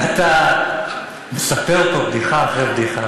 ואתה מספר פה בדיחה אחרי בדיחה,